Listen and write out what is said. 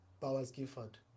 Bowers-Gifford